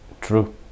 True